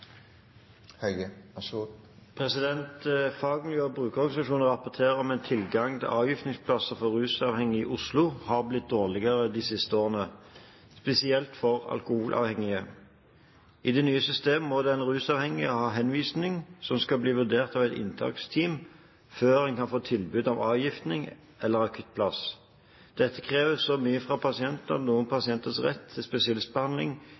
og brukerorganisasjonene rapporterer om at tilgangen til avgiftningsplasser for rusavhengige i Oslo har blitt dårligere de siste årene, spesielt for alkoholavhengige. I det nye systemet må den rusavhengige ha henvisning, som skal bli vurdert av et inntaksteam, før en kan få tilbud om avgiftning eller akuttplass. Dette krever så mye fra pasienten at noen pasienters rett til spesialistbehandling